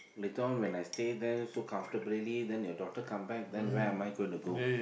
later on when I stay there so comfortably then your daughter come back then when am I gonna go